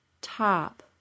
top